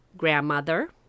grandmother